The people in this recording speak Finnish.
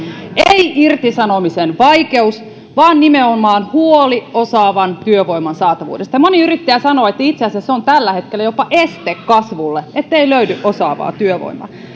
ei irtisanomisen vaikeus vaan nimenomaan huoli osaavan työvoiman saatavuudesta moni yrittäjä sanoo että itse asiassa se on tällä hetkellä jopa este kasvulle ettei löydy osaavaa työvoimaa